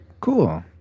cool